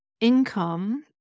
income